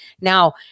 Now